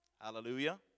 Hallelujah